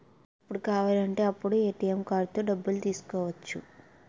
ఎప్పుడు కావాలంటే అప్పుడు ఏ.టి.ఎం కార్డుతో డబ్బులు తీసుకోవచ్చు